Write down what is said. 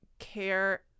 care